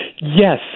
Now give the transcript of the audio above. Yes